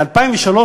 ב-2003,